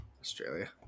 Australia